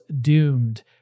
doomed